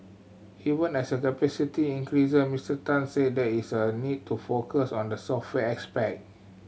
even as capacity increase Mister Tan said there is a need to focus on the software aspect